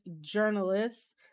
journalists